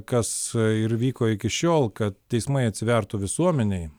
kas ir vyko iki šiol kad teismai atsivertų visuomenei